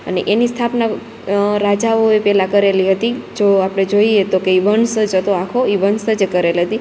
અને એની સ્થાપના રાજાઓએ પેલા કરેલી હતી જો આપડે જોઈએ તો કે ઈ વંસજ હતો આખો ઈ વંસજે કરેલ હતી